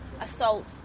Assault